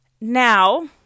Now